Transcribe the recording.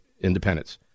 independence